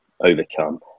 overcome